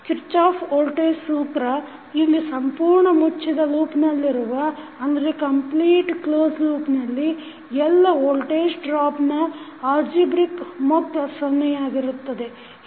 Kirchhoff voltage ಸೂತ್ರ Kirchhoff's voltage law ಇಲ್ಲಿ ಸಂಪೂರ್ಣ ಮುಚ್ಚಿದ ಲೂಪ್ನಲ್ಲಿರುವ ಎಲ್ಲ ವೋಲ್ಟೇಜ್ ಡ್ರಾಪ್ ನ ಆಲ್ಝಿಬ್ರಿಕ್ ಮೊತ್ತ ಸೊನ್ನೆಯಾಗಿರುತ್ತದೆ